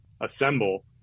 assemble